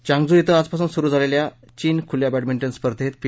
Changzhou श्वी आजपासून सुरु झालेल्या चीन खूल्या बद्दमिंटन स्पर्धेत पी